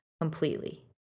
completely